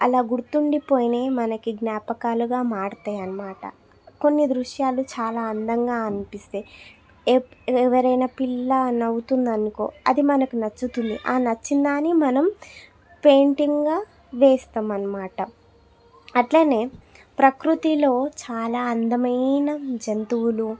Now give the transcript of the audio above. అలా గుర్తుండిపోయినవి మనకి జ్ఞాపకాలుగా మారుతాయన్నమాట కొన్ని దృశ్యాలు చాలా అందంగా అనిపిస్తాయి ఎవరైనా పిల్ల నవ్వుతుంది అనుకో అది మనకు నచ్చుతుంది నచ్చిందాన్ని మనం పెయింటింగా వేస్తాము అన్నమాట అట్లానే ప్రకృతిలో చాలా అందమైన జంతువులు